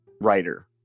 writer